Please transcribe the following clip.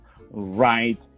right